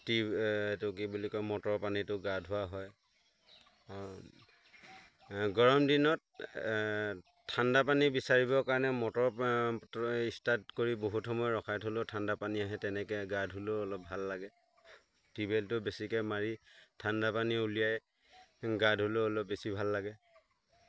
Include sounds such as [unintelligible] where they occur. [unintelligible] এইটো কি বুলি কয় মটৰৰ পানীটো গা ধোৱা হয় গৰম দিনত ঠাণ্ডা পানী বিচাৰিবৰ কাৰণে মটৰ ষ্টাৰ্ট কৰি বহুত সময় ৰখাই থ'লেও ঠাণ্ডা পানী আহে তেনেকৈ গা ধুলেও অলপ ভাল লাগে টিউৱেলটো বেছিকৈ মাৰি ঠাণ্ডা পানী উলিয়াই গা ধুলেও অলপ বেছি ভাল লাগে